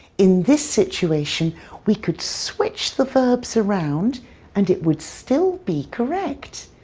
in this situation we could switch the verbs around and it would still be correct.